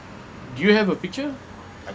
do you have a picture